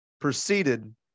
proceeded